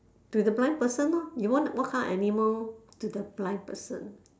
to the blind person lor you want what kind of animal to the blind person